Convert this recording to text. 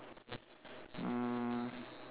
mm